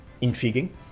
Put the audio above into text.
intriguing